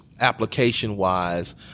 application-wise